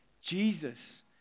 Jesus